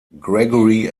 gregory